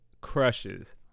crushes